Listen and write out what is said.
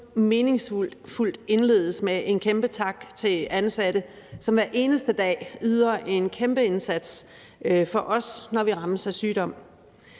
meningsfuldt indledes med en kæmpe tak til de ansatte, som hver eneste dag yder en kæmpe indsats for os, når vi rammes af sygdom.